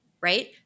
right